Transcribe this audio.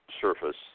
surface